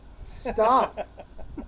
Stop